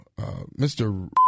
Mr